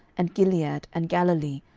and gilead, and galilee,